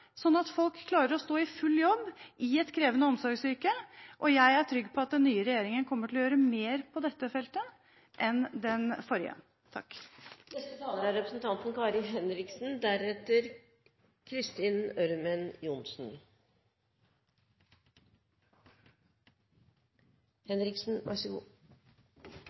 sånn at folk klarer å stå i full jobb i et krevende omsorgsyrke. Jeg er trygg på at den nye regjeringen kommer til å gjøre mer på dette feltet enn den forrige. Denne regjeringa har brukt 4 mrd. kr mer enn den forrige regjeringa. Det vi ser konturene av, er